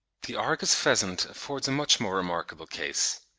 the argus pheasant affords a much more remarkable case.